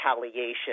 retaliation